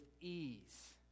ease